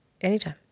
Anytime